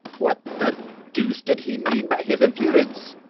what the deuce did he mean by his impudence?